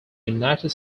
united